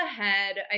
ahead